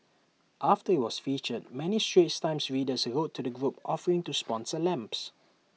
after IT was featured many straits times readers wrote to the group offering to sponsor lamps